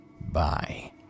Bye